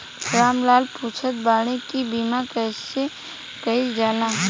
राम लाल पुछत बाड़े की बीमा कैसे कईल जाला?